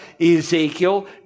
Ezekiel